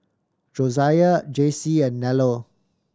Josiah Jaycee and Nello